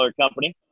company